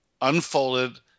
unfolded